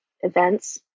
events